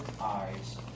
eyes